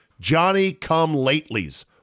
Johnny-come-latelys